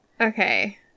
Okay